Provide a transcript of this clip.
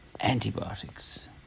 antibiotics